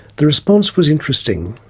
the response was interesting.